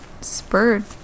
spurred